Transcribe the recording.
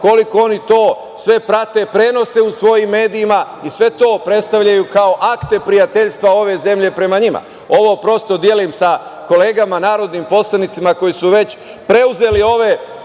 koliko oni to sve prate, prenose u svojim medijima i sve to predstavljaju kao akte prijateljstva ove zemlje prema njima. Ovo prosto delim sa kolegama narodnim poslanicima koji su već preuzeli ove